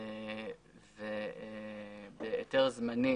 היתר זמני,